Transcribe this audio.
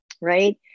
right